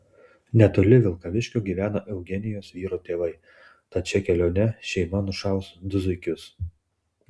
netoli vilkaviškio gyvena eugenijos vyro tėvai tad šia kelione šeima nušaus du zuikius